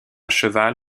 cheval